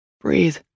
Breathe